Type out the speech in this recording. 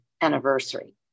anniversary